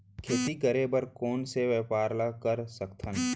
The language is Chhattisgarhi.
खेती करे बर कोन से व्यापार ला कर सकथन?